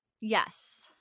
yes